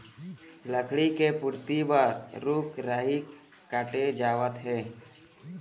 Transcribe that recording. लकड़ी के पूरति बर रूख राई काटे जावत हे